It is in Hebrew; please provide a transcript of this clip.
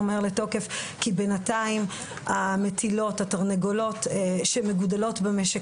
מהר לתוקף כי בינתיים המטילות שמגודלות במשק